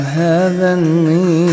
heavenly